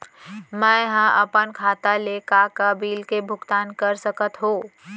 मैं ह अपन खाता ले का का बिल के भुगतान कर सकत हो